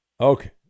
Okay